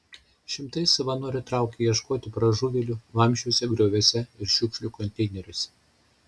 šimtai savanorių traukė ieškoti pražuvėlių vamzdžiuose grioviuose ir šiukšlių konteineriuose